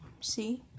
see